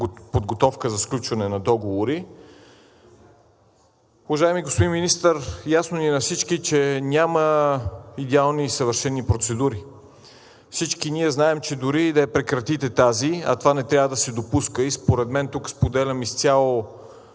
за сключване на договори. Уважаеми господин Министър, ясно ни е на всички, че няма идеални и съвършени процедури. Всички ние знаем, че дори и да прекратите тази, а това не трябва да се допуска и според мен – тук споделям изцяло